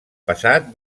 passat